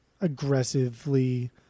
aggressively